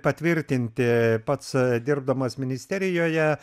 patvirtinti pats dirbdamas ministerijoje